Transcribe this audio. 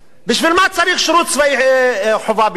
בשביל מה צריך שירות חובה בישראל?